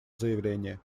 заявление